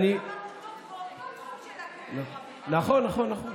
מרגי, נכון, נכון, נכון,